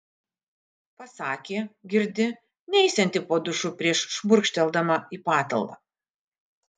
pasakė girdi neisianti po dušu prieš šmurkšteldama į patalą